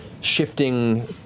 shifting